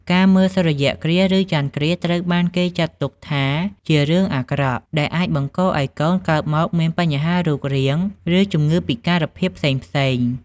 ការមើលសូរគ្រាស ឬចន្ទគ្រាស ត្រូវបានគេចាត់ទុកថា ជារឿងអាក្រក់ដែលអាចបង្កឲ្យកូនកើតមកមានបញ្ហារូបរាង ឬជំងឺពិការភាពផ្សេងៗ ។